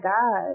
God